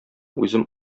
үзем